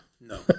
No